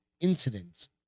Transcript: incidents